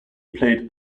played